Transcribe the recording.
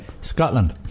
Scotland